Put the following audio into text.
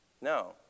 No